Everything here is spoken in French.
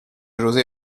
josé